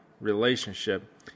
relationship